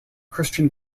christian